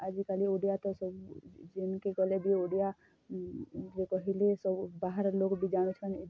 ଆଜିକାଲି ଓଡ଼ିଆ ତ ସବୁ ଜେନିକି ଗଲେ ବି ଓଡ଼ିଆ କହିଲେ ସବୁ ବାହାର ଲୋକ ବି ଜାଣୁଛନ୍ତି